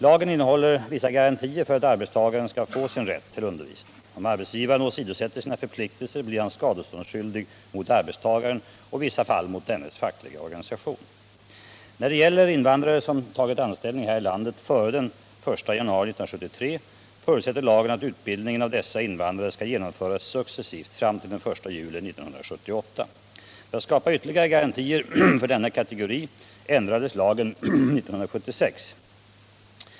Lagen innehåller vissa garantier för att arbetstagaren skall få sin rätt till undervisning. Om arbetsgivaren åsidosätter sina förpliktelser blir han skadeståndsskyldig mot arbetstagaren och i vissa fall mot dennes fackliga organisation. När det gäller invandrare som tagit anställning här i landet före den 1 januari 1973 förutsätter lagen att utbildningen av dessa invandrare skall genomföras successivt fram till den 1 juli 1978. För att skapa ytterligare garantier för denna kategori ändrades lagen 1976.